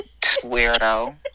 Weirdo